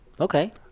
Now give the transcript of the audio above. Okay